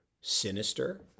sinister